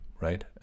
right